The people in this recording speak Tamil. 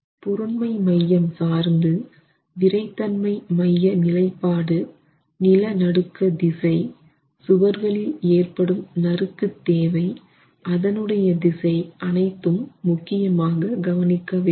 பொருண்மை மையம் சார்ந்து விறைத்தன்மை மைய நிலைப்பாடு நிலநடுக்க திசை சுவர்களில் ஏற்படும் நறுக்கு தேவை அதனுடைய திசை அனைத்தும் முக்கியமாக கவனிக்க வேண்டும்